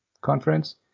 conference